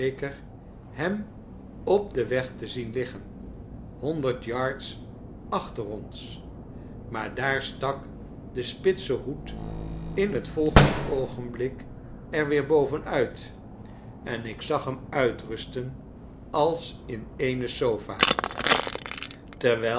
hem op den weg te zien liggen honderd yards achter ons maar daar stak de spitse hoed in het volgend oogenblik er weer boven uit en ik zag hem uitrusten als in eene sofa terwijl